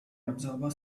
observer